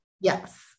Yes